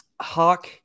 Hawk